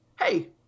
hey